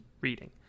reading